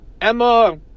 Emma